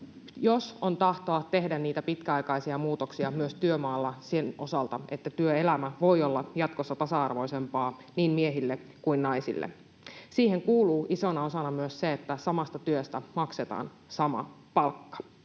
Jos on tahtoa tehdä niitä pitkäaikaisia muutoksia myös työmaalla sen osalta, että työelämä voi olla jatkossa tasa-arvoisempaa niin miehille kuin naisille, niin siihen kuuluu isona osana myös se, että samasta työstä maksetaan sama palkka.